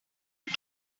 are